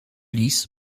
lis